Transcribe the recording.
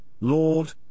Lord